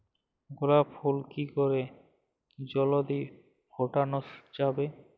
গোলাপ ফুল কি করে জলদি ফোটানো যাবে?